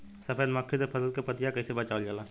सफेद मक्खी से फसल के पतिया के कइसे बचावल जाला?